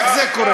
איך זה קורה?